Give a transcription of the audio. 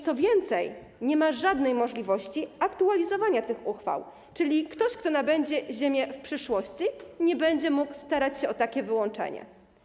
Co więcej, nie ma żadnej możliwości aktualizowania tych uchwał, czyli ktoś, kto nabędzie ziemię w przyszłości, nie będzie mógł starać się o takie wyłączenie.